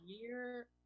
year